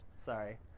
Sorry